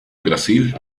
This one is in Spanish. brasil